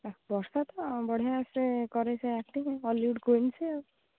ବର୍ଷା ତ ବଢ଼ିଆଁ ସେ କରେ ସେ ଆକ୍ଟିଙ୍ଗ ଅଲିଉଡ଼ କୁଇନ୍ ସେ ଆଉ